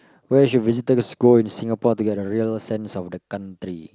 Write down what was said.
where should visitors go in Singapore to get a real sense of the country